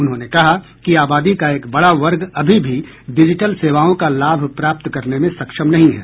उन्होंने कहा कि आबादी का एक बड़ा वर्ग अभी भी डिजिटल सेवाओं का लाभ प्राप्त करने में सक्षम नहीं है